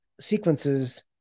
sequences